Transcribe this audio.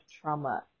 trauma